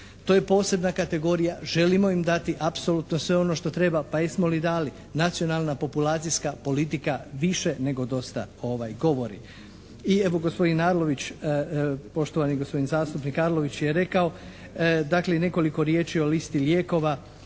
To je posebna kategorija, želimo im dati apsolutno sve ono što treba. Pa jesmo li dali? Nacionalna populacijska politika više nego dosta govori. I evo gospodin Arlović, poštovani gospodin zastupnik Arlović je rekao dakle i nekoliko riječi o listi lijekova.